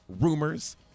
rumors